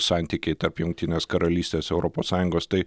santykiai tarp jungtinės karalystės europos sąjungos tai